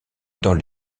dans